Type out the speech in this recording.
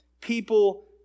people